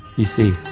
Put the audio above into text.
you see,